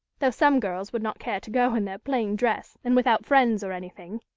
though some girls would not care to go in their plain dress and without friends or anything.